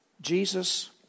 Jesus